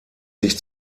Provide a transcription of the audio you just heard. sich